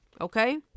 Okay